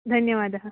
धन्यवादः